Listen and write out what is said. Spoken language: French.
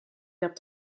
verbes